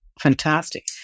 Fantastic